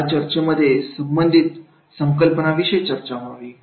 या चर्चेमध्ये यासंबंधित संकल्पनांविषयी चर्चा व्हावी